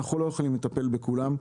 אנחנו לא יכולים לטפל בכולם.